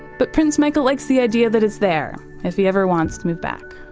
but prince michael likes the idea that it's there if he ever wants to move back